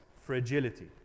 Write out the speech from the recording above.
fragility